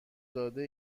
داده